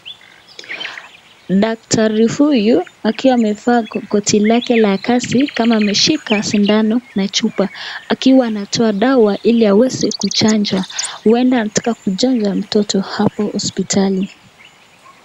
Daktari huyu akiwa amevaa koti lake la kazi kama ameshika sindano na chupa akiwa anatoa dawa ili aweze kuchanja, ueda anataka kuchanja mtoto hapo hospitali.